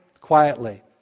quietly